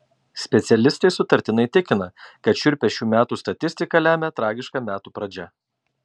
specialistai sutartinai tikina kad šiurpią šių metų statistiką lemia tragiška metų pradžia